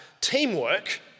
teamwork